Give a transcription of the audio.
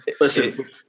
listen